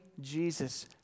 Jesus